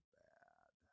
bad